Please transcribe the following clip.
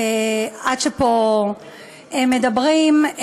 עד שפה מדברים,